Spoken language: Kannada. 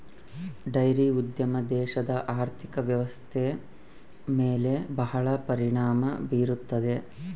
ಡೈರಿ ಉದ್ಯಮ ದೇಶದ ಆರ್ಥಿಕ ವ್ವ್ಯವಸ್ಥೆಯ ಮೇಲೆ ಬಹಳ ಪರಿಣಾಮ ಬೀರುತ್ತದೆ